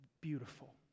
beautiful